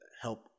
help